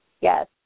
Yes